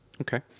Okay